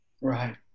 Right